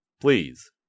Please